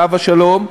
עליו השלום,